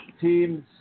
teams –